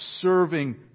serving